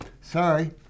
Sorry